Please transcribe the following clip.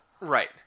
Right